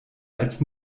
als